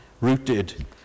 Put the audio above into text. rooted